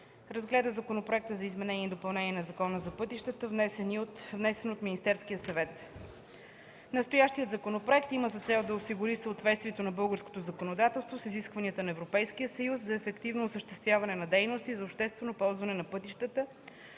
разгледа Законопроекта за изменение и допълнение на Закона за пътищата, внесен от Министерския съвет. Настоящият законопроект има за цел да осигури съответствието на българското законодателство с изискванията на Европейския съюз за ефективно осъществяване на дейностите за обществено ползване на пътищата